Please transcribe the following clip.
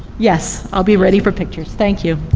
yes, i'll be ready for pictures, thank you.